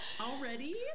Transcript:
Already